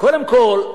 קודם כול,